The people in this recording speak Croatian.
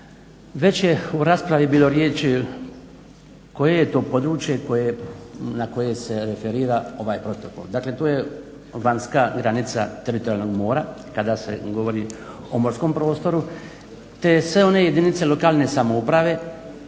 Već je u raspravi bilo riječi koje je to područje na koje se referira ovaj protokol. Dakle, to je vanjska granica teritorijalnog mora kada se govori o morskom prostoru te sve one jedinice lokalne samouprave